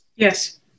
Yes